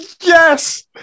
Yes